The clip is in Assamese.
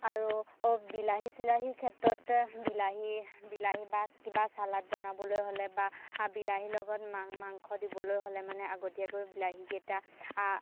আৰু বিলাহী চিলাহীৰ ক্ষেত্ৰত বিলাহী বিলাহী বা কিবা চালাদ বনাবলৈ হ'লে বা বিলাহীৰ লগত মাংস দিবলৈ হ'লে মানে আগতীয়াকৈ বিলাহীকেইটা